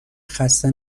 خسته